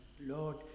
Lord